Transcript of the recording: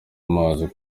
amazi